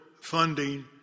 funding